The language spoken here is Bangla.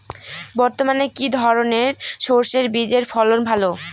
বর্তমানে কি ধরনের সরষে বীজের ফলন ভালো?